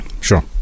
sure